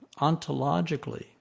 ontologically